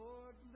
Lord